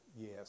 Yes